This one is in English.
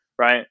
right